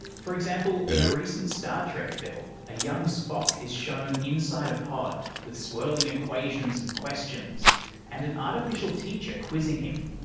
for example, in a recent star trek film, a young spock is shown inside a pod, with swirling equations and questions and an artificial teacher quizzing him.